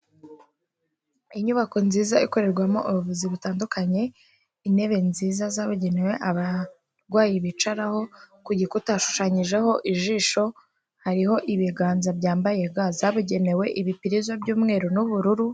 Inyubako nziza ikorerwamo ubuvuzi butandukanye, intebe nziza zabugenewe, abarwayi bicaraho, ku gikuta hashushanyijeho ijisho, hariho ibiganza byambaye ga zabugenewe ibipirizo by'umweru n'ubururu,